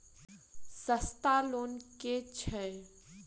सस्ता लोन केँ छैक